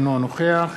אינו נוכח